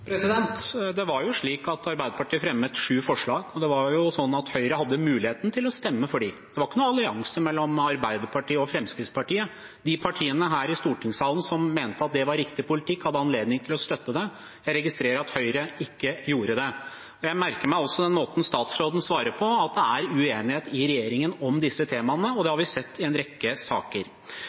Det var jo slik at Arbeiderpartiet fremmet sju forslag, og Høyre hadde muligheten til å stemme for dem. Det var ikke noen allianse mellom Arbeiderpartiet og Fremskrittspartiet. De partiene her i stortingssalen som mente at det var riktig politikk, hadde anledning til å støtte det. Jeg registrerer at Høyre ikke gjorde det. Jeg merker meg også av måten statsråden svarer på, at det er uenighet i regjeringen om disse temaene, og det har vi sett i en rekke saker.